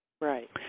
Right